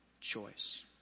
choice